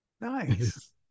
Nice